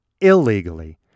illegally